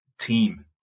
team